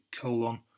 colon